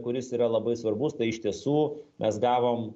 kuris yra labai svarbus tai iš tiesų mes gavom